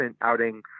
outing